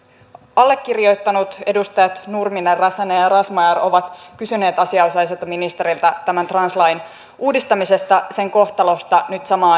allekirjoittanut edustajat nurminen räsänen ja razmyar ovat kysyneet asianosaiselta ministeriltä tämän translain uudistamisesta sen kohtalosta nyt samaan